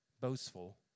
boastful